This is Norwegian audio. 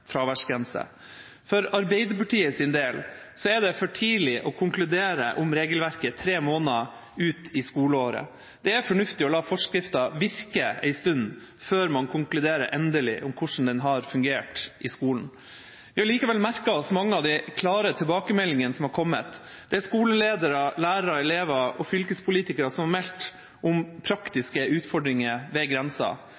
fraværsgrense. For Arbeiderpartiets del er det for tidlig å konkludere når det gjelder regelverket, tre måneder ut i skoleåret. Det er fornuftig å la forskriften virke en stund før man konkluderer endelig med hvordan den har fungert i skolen. Vi har likevel merket oss mange av de klare tilbakemeldingene som har kommet. Skoleledere, lærere, elever og fylkespolitikere har meldt om